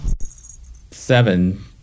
Seven